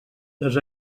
les